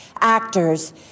actors